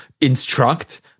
instruct